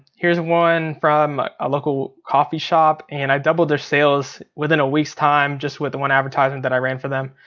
here's one from a local coffee shop and i doubled their sales within a week's time just with one advertisement that i ran for them.